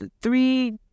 three